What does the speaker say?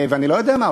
ואני-לא-יודע-מה,